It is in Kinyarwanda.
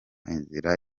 inzira